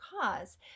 cause